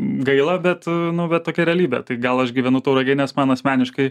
gaila bet nu vat tokia realybė tai gal aš gyvenu tauragėj nes man asmeniškai